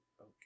Okay